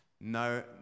No